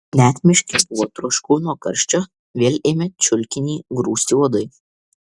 net miške buvo trošku nuo karščio vėl ėmė čiulkinį grūsti uodai